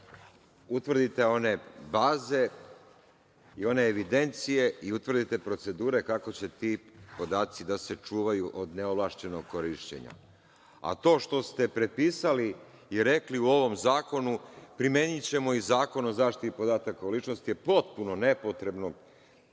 utvrdite one baze i one evidencije i utvrdite procedure kako će ti podaci da se čuvaju od neovlašćenog korišćenja, a to što ste prepisali i rekli u ovom zakonu – primenićemo i Zakon o zaštiti podataka o ličnosti je potpuno nepotrebno.